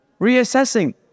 Reassessing